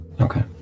Okay